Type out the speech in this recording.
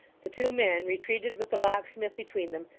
the two men retreated with the locksmith between them,